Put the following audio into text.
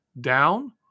down